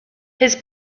his